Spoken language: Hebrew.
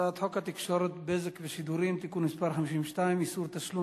הצעת חוק התקשורת (בזק ושידורים) (תיקון מס' 52) (איסור תשלום